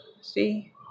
see